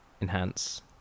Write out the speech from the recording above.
enhance